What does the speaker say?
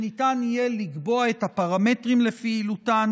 שניתן יהיה לקבוע את הפרמטרים לפעילותן